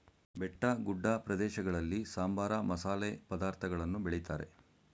ಬೆಟ್ಟಗುಡ್ಡ ಪ್ರದೇಶಗಳಲ್ಲಿ ಸಾಂಬಾರ, ಮಸಾಲೆ ಪದಾರ್ಥಗಳನ್ನು ಬೆಳಿತಾರೆ